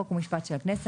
חוק ומשפט של הכנסת,